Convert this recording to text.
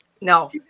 No